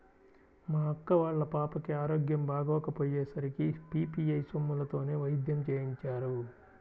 మా అక్క వాళ్ళ పాపకి ఆరోగ్యం బాగోకపొయ్యే సరికి పీ.పీ.ఐ సొమ్ములతోనే వైద్యం చేయించారు